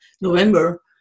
November